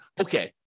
okay